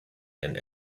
and